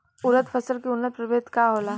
उरद फसल के उन्नत प्रभेद का होला?